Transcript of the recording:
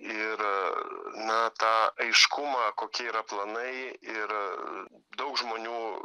ir na tą aiškumą kokie yra planai ir daug žmonių